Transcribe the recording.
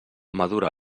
madura